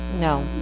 No